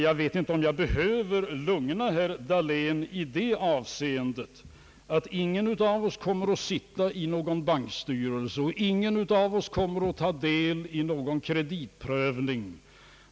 Jag vet inte om jag behöver lugna herr Dahlén i det avseendet, att ingen av oss kommer att sitta i någon bankstyrelse eller ta del av någon kreditprövning.